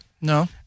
No